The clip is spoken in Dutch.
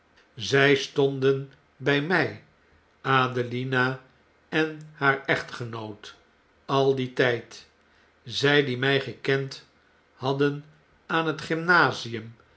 zj stonden bij mij adelina en haarechtgenoot al dien tfjd zy die my gekend hadden aan het